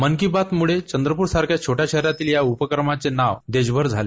मन की बातमुळं चंद्रपूरसारख्या छोट्या शहरातील या उपक्रमाचे नाव देशभर झाले